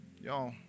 Y'all